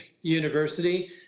University